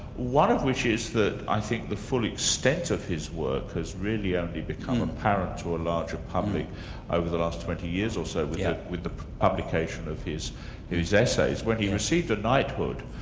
one of which is that i think the full extent of his work has really only become apparent to a larger public over the last twenty years or so with yeah with the publication of his his essays. when he received a knighthood,